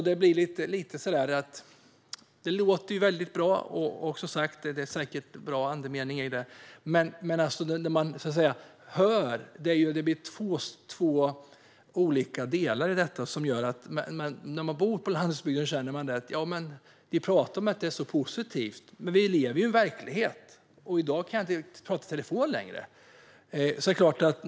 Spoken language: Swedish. Detta låter bra, och det är säkert en bra andemening i detta, men det är två olika delar i detta. När man bor på landsbygden känner man att det pratas om att det är så positivt. Men vi lever i en verklighet, och i dag kan jag inte prata i telefon där längre.